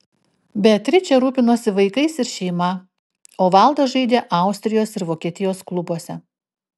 beatričė rūpinosi vaikais ir šeima o valdas žaidė austrijos ir vokietijos klubuose